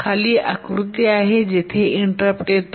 खाली आकृती आहे जेथे इंटरप्ट येतो